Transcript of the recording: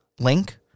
link